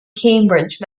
cambridge